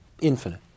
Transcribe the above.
infinite